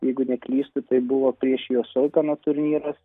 jeigu neklystu tai buvo prieš jou saupeno turnyras